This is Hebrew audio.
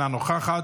אינה נוכחת.